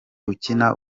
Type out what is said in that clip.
ukina